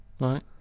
Right